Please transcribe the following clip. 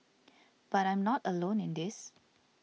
but I'm not alone in this